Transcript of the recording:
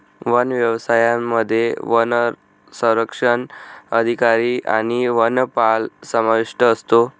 one व्यवसायामध्ये वनसंरक्षक अधिकारी आणि वनपाल समाविष्ट असतो